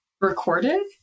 recorded